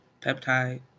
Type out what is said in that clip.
peptide